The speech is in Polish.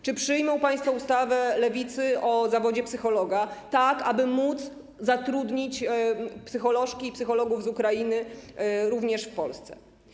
Czy przyjmą państwo ustawę Lewicy o zawodzie psychologa, tak aby móc zatrudnić psycholożki i psychologów z Ukrainy również w Polsce?